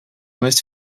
most